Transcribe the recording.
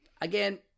Again